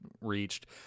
reached